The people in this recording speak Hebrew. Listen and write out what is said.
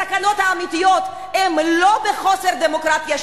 הסכנות האמיתיות הן לא בחוסר דמוקרטיה,